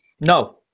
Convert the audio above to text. No